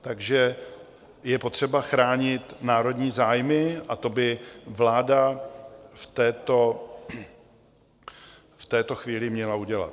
Takže je potřeba chránit národní zájmy a to by vláda v této chvíli měla udělat.